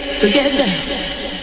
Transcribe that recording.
together